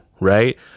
right